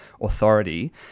Authority